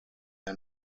der